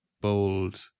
bold